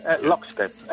Lockstep